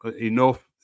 enough